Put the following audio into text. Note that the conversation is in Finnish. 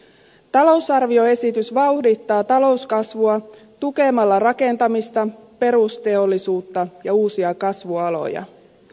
talousarvioesitys vauhdittaa talouskasvua tukemalla rakentamista perusteollisuutta ja uusia kasvualoja